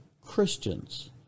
Christians